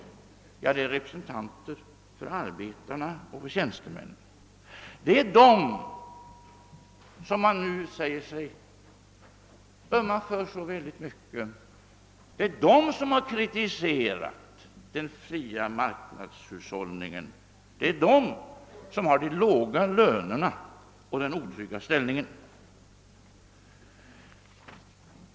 Det är representanter för arbetarna och för tjänstemännen. Det är de som har de låga lönerna och den otrygga ställningen och som man nu säger sig ömma för som främst har kritiserat den fria marknadshushållningen.